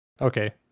Okay